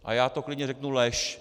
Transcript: A já to klidně řeknu: lež.